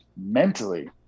mentally